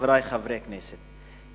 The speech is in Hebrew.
חברי חברי הכנסת,